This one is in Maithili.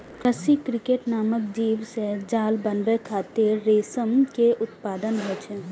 रसी क्रिकेट नामक जीव सं जाल बनाबै खातिर रेशम के उत्पादन होइ छै